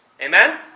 Amen